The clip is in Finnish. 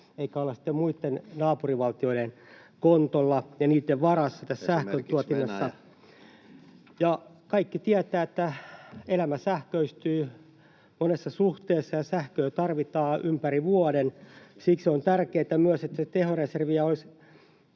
ettei olla sitten muitten, naapurivaltioitten, kontolla ja niitten varassa sähköntuotannossa. [Petri Huru: Esimerkiksi Venäjä!] Kaikki tietävät, että elämä sähköistyy monessa suhteessa ja sähköä tarvitaan ympäri vuoden. Siksi on tärkeätä, että sitä tehoreserviä olisi